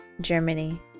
Germany